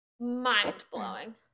Mind-blowing